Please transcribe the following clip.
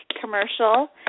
commercial